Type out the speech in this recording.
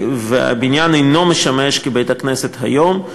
והבניין אינו משמש כבית-כנסת היום.